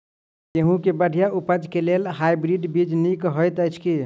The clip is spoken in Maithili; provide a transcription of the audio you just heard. गेंहूँ केँ बढ़िया उपज केँ लेल हाइब्रिड बीज नीक हएत अछि की?